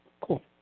Cool